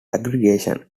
aggregation